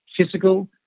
Physical